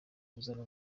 kuzana